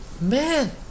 man